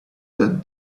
that